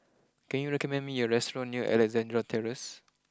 can you recommend me a restaurant near Alexandra Terrace